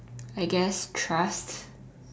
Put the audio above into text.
I guess trust